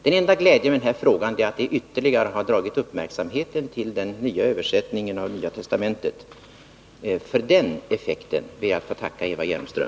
Den enda glädjen med den här frågan är att den ytterligare har dragit uppmär ättningen av Nya testamentet. För den effekten ber jag att få tacka Eva Hjelmström.